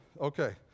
Okay